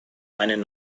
einen